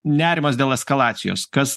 nerimas dėl eskalacijos kas